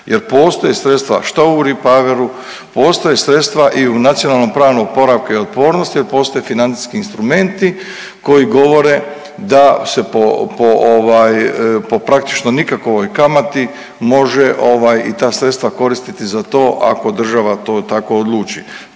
jer postoje sredstva što u Repauru, postoje i u Nacionalnom planu oporavka i otpornosti, postoje financijski instrumenti koji govore da se po praktično nikakvoj kamati može i ta sredstva koristiti za to ako država to tako odluči.